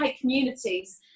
communities